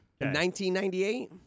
1998